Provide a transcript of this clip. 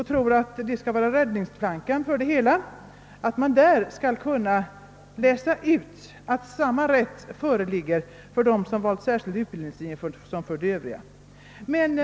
Han tror tydligen att det skall vara en »räddningsplanka» och att man ur de paragraferna skall kunna läsa ut att samma rätt föreligger för dem som valt särskild utbildningslinje som för övriga studerande.